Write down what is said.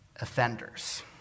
offenders